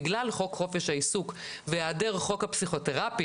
בגלל חוק חופש העיסוק והיעדר חוק הפסיכותרפיה